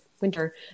winter